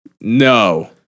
No